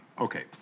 okay